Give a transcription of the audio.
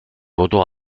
voto